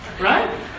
Right